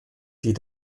die